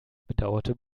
bedauerte